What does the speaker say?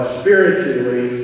spiritually